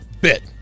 bit